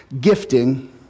gifting